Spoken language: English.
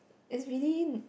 it's really